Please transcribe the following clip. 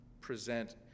present